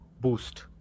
boost